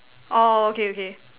oh okay okay